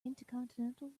intercontinental